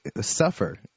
suffer